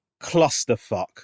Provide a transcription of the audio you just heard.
clusterfuck